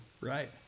right